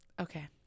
Okay